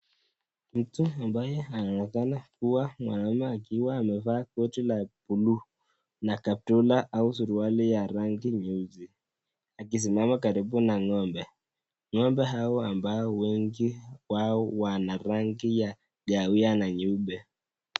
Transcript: Mtu ambaye anaonekana kuwa mwanaume akiwa amevaa koti la buluu na kaptura au suruali ya rangi nyeusi akisimama karibu na ng'ombe. Ng'ombe hawa ambao wengi wao wanarangi ya kahawia na nyeupe.